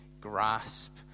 grasp